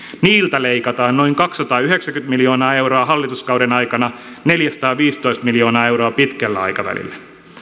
niiltä leikataan noin kaksisataayhdeksänkymmentä miljoonaa euroa hallituskauden aikana neljäsataaviisitoista miljoonaa euroa pitkällä aikavälillä